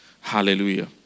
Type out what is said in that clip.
Hallelujah